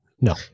No